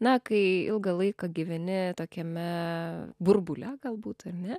na kai ilgą laiką gyveni tokiame burbule galbūt ar ne